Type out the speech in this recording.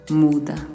muda